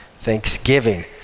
thanksgiving